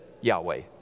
Yahweh